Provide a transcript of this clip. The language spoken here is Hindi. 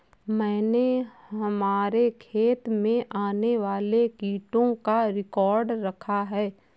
मैंने हमारे खेत में आने वाले कीटों का रिकॉर्ड रखा है